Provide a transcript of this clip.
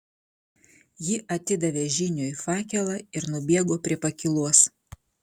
ji atidavė žyniui fakelą ir nubėgo prie pakylos